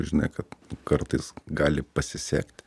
žinai kad kartais gali pasisekti